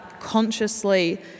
consciously